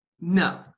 no